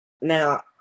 Now